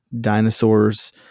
Dinosaurs